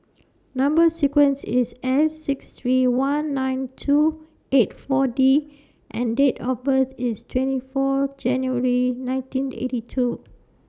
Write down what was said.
Number sequence IS S six three one nine two eight four D and Date of birth IS twenty four January nineteen eighty two